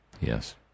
Yes